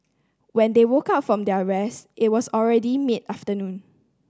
when they woke up from their rest it was already mid afternoon